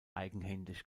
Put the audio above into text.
eigenhändig